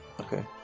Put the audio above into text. okay